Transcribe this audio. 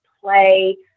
play